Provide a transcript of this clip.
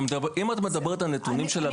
אם את מדברת על נתונים של המינהל